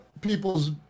people's